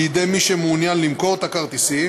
בידי מי שמעוניין למכור את הכרטיסים,